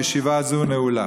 ישיבה זו נעולה.